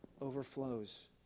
overflows